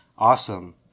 Awesome